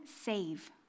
save